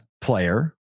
player